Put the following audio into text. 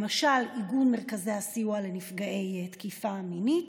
למשל איגוד מרכזי הסיוע לנפגעי תקיפה מינית,